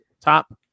top